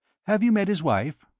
have you met his wife?